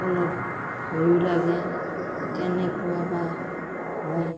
অলপ ভয়ো লাগে কেনেকুৱা বা হয়